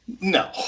No